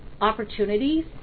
opportunities